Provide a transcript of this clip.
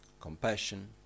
compassion